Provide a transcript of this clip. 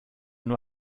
nur